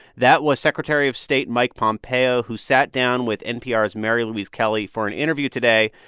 that was secretary of state mike pompeo who sat down with npr's mary louise kelly for an interview today,